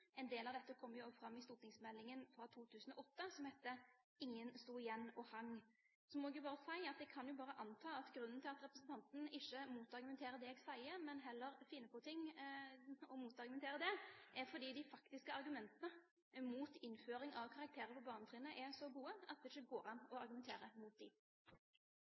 En del av dette kom også fram i stortingsmeldingen fra 2006 … og ingen sto igjen. Så må jeg bare si at jeg kan jo anta at grunnen til at representanten ikke argumenterer mot det jeg sier, men heller finner på ting og argumenterer mot det, er at de faktiske argumentene mot innføring av karakterer på barnetrinnet er så gode at det ikke går an å argumentere mot